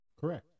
Correct